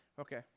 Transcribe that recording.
Okay